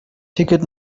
ticket